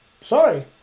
sorry